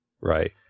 Right